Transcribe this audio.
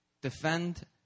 defend